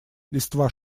листва